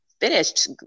finished